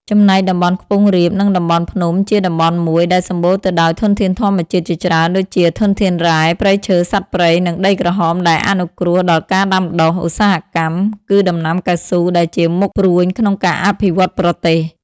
ចំណែកតំបន់ខ្ពងរាប និងតំបន់ភ្នំជាតំបន់មួយ ដែលសំម្បូរទៅដោយធនធានធម្មជាតិជាច្រើនដូចជាធនធានរ៉ែ ព្រៃឈើ សត្វព្រៃ និងដីក្រហមដែលអនុគ្រោះដល់ការដាំដុះ ឧស្សាហកម្ម គឺដំណាំកៅស៊ូដែលជាមុខព្រួញក្នុងការអភិវឌ្ឍប្រទេស។